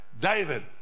david